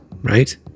right